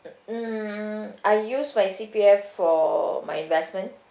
mm mm I use my C_P_F for my investment